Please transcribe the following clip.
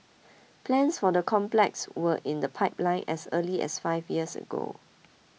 plans for the complex were in the pipeline as early as five years ago